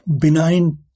benign